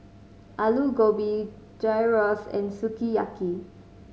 Alu Gobi Gyros and Sukiyaki